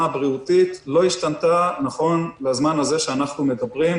הבריאותית לא השתנתה נכון לזמן הזה שאנחנו מדברים.